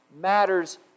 matters